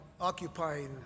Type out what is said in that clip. occupying